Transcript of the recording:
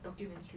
documentary